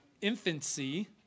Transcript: infancy